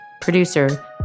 producer